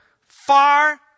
far